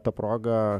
ta proga